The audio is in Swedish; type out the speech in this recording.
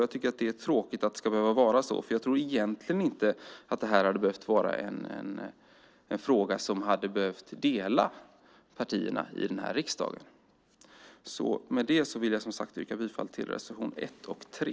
Jag tycker att det är tråkigt att det ska behöva vara så. För jag tror egentligen inte att det här hade behövt vara en fråga som delar partierna i den här riksdagen. Med det vill jag, som sagt, yrka bifall till reservationerna 1 och 3.